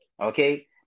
okay